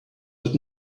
but